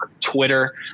Twitter